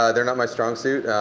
ah they're not my strong suit.